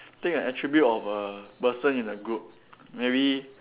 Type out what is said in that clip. take an attribute of a person in the group maybe